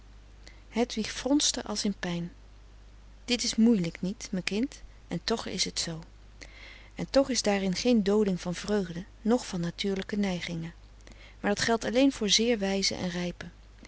hedwig fronste als in pijn dit is moeilijk niet mijn kind en toch is t zoo en toch is daarin geen dooding van vreugde noch van natuurlijke neigingen maar dat geldt alleen voor zeer wijzen en rijpen